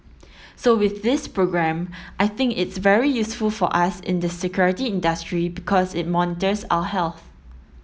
so with this programme I think it's very useful for us in the security industry because it monitors our health